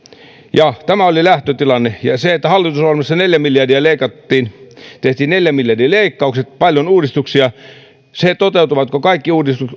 tämä oli lähtötilanne ja ja hallitusohjelmassa neljä miljardia leikattiin tehtiin neljän miljardin leikkaukset paljon uudistuksia sitä toteutuvatko kaikki uudistukset